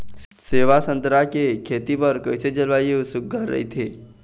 सेवा संतरा के खेती बर कइसे जलवायु सुघ्घर राईथे?